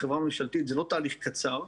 בחברה ממשלתית זה לא תהליך קצר,